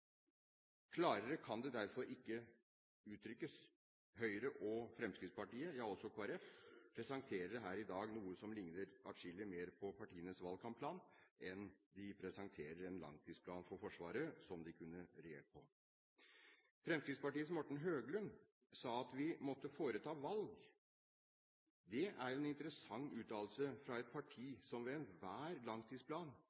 Klarere kan det derfor ikke uttrykkes: Høyre og Fremskrittspartiet – ja, også Kristelig Folkeparti – presenterer her i dag noe som likner atskillig mer på partienes valgkampplan enn en langtidsplan for Forsvaret som de kunne regjert på. Fremskrittspartiets Morten Høglund sa at vi måtte foreta valg. Det er en interessant uttalelse fra et